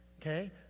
Okay